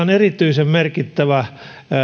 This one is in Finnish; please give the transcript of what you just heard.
on erityisen merkittävä